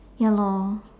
ya lor